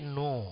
no